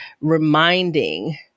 reminding